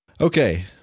Okay